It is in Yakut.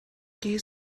киһи